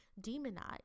demonized